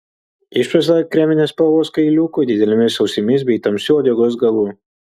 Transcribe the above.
išvaizda kreminės spalvos kailiuku didelėmis ausimis bei tamsiu uodegos galu